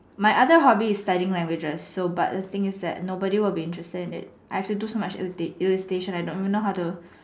my other hobby is studying languages so but the thing is that nobody will be interested in it I have to do some much in~ illustration I don't even know how to